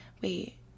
Wait